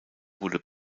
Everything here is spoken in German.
wurde